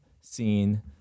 scene